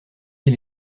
dit